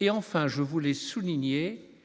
et enfin je voulais souligner